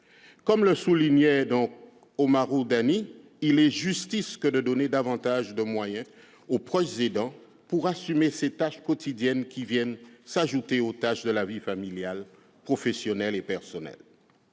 comme le soulignait Mohamadou Oumarou Danni, c'est justice de donner davantage de moyens aux proches aidants pour assumer ces tâches quotidiennes qui viennent s'ajouter à celles des vies familiale, professionnelle et personnelle.